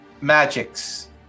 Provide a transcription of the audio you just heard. magics